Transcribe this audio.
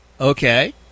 Okay